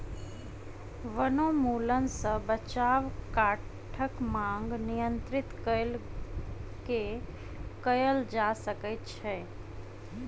वनोन्मूलन सॅ बचाव काठक मांग नियंत्रित कय के कयल जा सकै छै